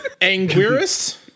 Anguirus